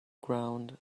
ground